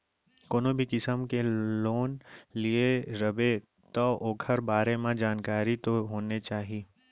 कोनो भी किसम के लोन लिये रबे तौ ओकर बारे म जानकारी तो होने चाही